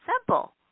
simple